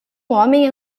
homem